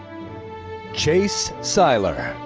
chase siler.